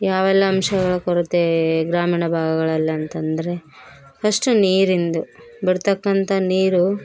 ಯಾವೆಲ್ಲ ಅಂಶಗಳ ಕೊರತೇ ಗ್ರಾಮೀಣ ಭಾಗಗಳಲ್ಲಿ ಅಂತಂದರೆ ಫಸ್ಟು ನೀರಿಂದು ಬರ್ತಕ್ಕಂಥ ನೀರು